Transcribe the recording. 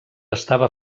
estava